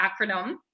acronym